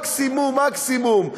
מקסימום-מקסימום,